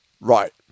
right